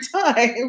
time